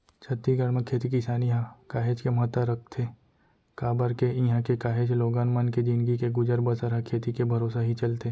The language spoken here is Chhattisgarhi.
छत्तीसगढ़ म खेती किसानी ह काहेच के महत्ता रखथे काबर के इहां के काहेच लोगन मन के जिनगी के गुजर बसर ह खेती के भरोसा ही चलथे